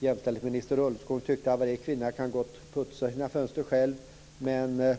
jämställdhetsministern, Marita Ulvskog, tyckte att varje kvinna gott kan putsa sina fönster själv.